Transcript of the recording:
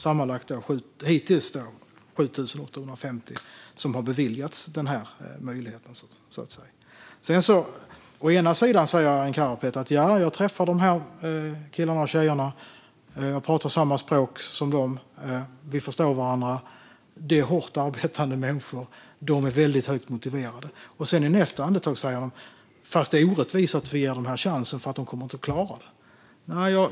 Hittills är det sammanlagt 7 850 som har beviljats denna möjlighet. Å ena sidan säger Arin Karapet att han träffar de här killarna och tjejerna, att han pratar samma språk som de och att de förstår varandra. Det är hårt arbetande människor, säger han, och de är väldigt högt motiverade. Å andra sidan säger han i nästa andetag: Fast det är orättvist att vi ger dem chansen, för de kommer inte att klara det.